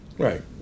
Right